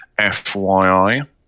FYI